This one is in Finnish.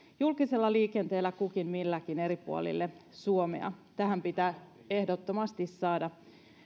julkisella liikenteellä kukin milläkin eri puolille suomea tähän pitää ehdottomasti saada